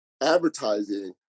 advertising